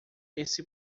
esse